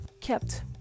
kept